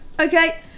okay